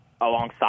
alongside